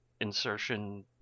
insertion